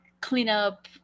cleanup